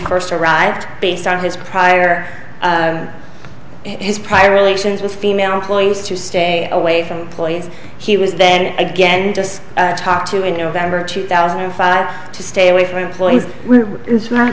first arrived based on his prior to his prior relations with female employees to stay away from place he was then again just talked to in november two thousand and five to stay away from employees were